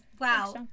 Wow